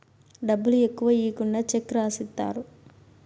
డబ్బులు ఎక్కువ ఈకుండా చెక్ రాసిత్తారు